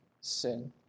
sin